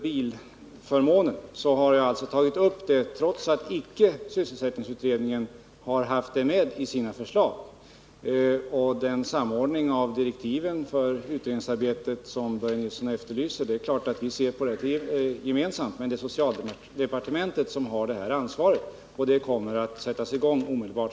Bilförmånen har jag alltså tagit upp trots att sysselsättningsutredningen icke haft den med i sina förslag. Vad gäller samordningen av direktiven för utredningsarbetet, som Börje Nilsson efterlyser, är det klart att vi ser på dem gemensamt. Men det är socialdepartementet som har ansvaret. Arbetet kommer, som jag sade förut, att sättas i gång omedelbart.